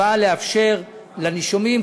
באים לאפשר לנישומים,